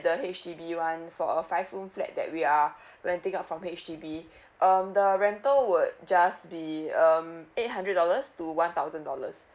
the H_D_B one for a five room flat that we are renting out from H_D_B um the rental would just be um eight hundred dollars to one thousand dollars